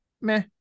meh